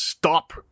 stop